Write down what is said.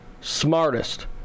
smartest